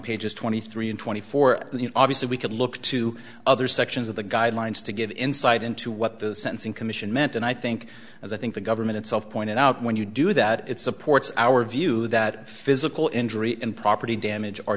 pages twenty three and twenty four and obviously we could look to other sections of the guidelines to give insight into what the sense in commission meant and i think as i think the government itself pointed out when you do that it supports our view that physical injury and property damage